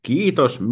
Kiitos